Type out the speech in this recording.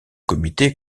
comité